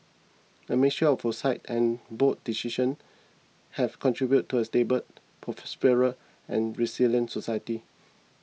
a mixture of foresight and bold decisions have contributed to a stable prosperous and resilient society